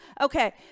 okay